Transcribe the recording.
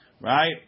Right